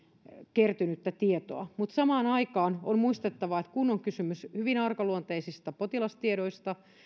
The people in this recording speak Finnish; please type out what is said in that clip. kertynyttä tietoa mutta samaan aikaan on muistettava että kun on kysymys hyvin arkaluontoisista potilastiedoista